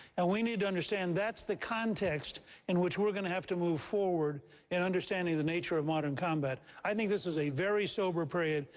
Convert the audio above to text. and we need to understand that's the context in which we're going to have to move forward in understanding the nature of modern combat. i think this is a very sober period,